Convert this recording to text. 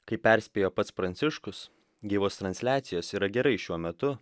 kaip perspėjo pats pranciškus gyvos transliacijos yra gerai šiuo metu